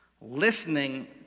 Listening